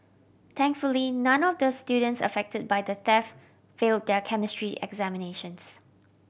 thankfully none of the students affected by the theft fail their Chemistry examinations